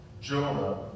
Jonah